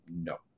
No